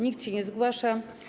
Nikt się nie zgłasza.